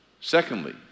Secondly